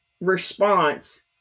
response